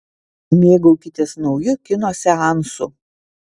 mėgaukitės nauju kino seansu